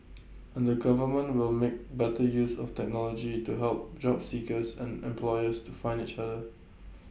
and the government will make better use of technology to help job seekers and employers to find each other